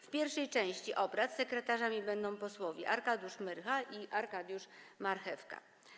W pierwszej części obrad sekretarzami będą posłowie Arkadiusz Myrcha i Arkadiusz Marchewka.